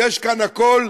יש כאן הכול.